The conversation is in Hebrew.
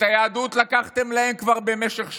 את היהדות לקחתם להם כבר במשך שנים.